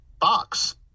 box